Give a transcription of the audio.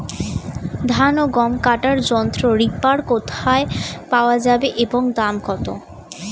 ধান ও গম কাটার যন্ত্র রিপার কোথায় পাওয়া যাবে এবং দাম কত?